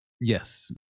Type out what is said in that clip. Yes